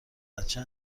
بچه